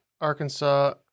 Arkansas